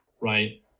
right